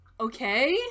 okay